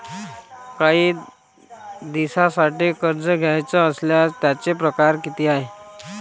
कायी दिसांसाठी कर्ज घ्याचं असल्यास त्यायचे परकार किती हाय?